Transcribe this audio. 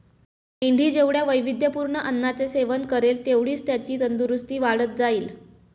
मेंढी जेवढ्या वैविध्यपूर्ण अन्नाचे सेवन करेल, तेवढीच त्याची तंदुरस्ती वाढत जाईल